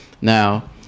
now